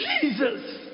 Jesus